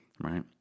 Right